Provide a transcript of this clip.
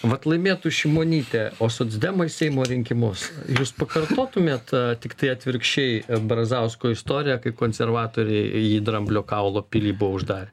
vat laimėtų šimonytė o socdemai seimo rinkimus jūs pakartotumėt tiktai atvirkščiai brazausko istoriją kai konservatoriai jį į dramblio kaulo pilį buvo uždarę